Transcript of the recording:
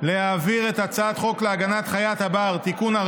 להעביר את הצעת חוק להגנת חיית הבר (תיקון,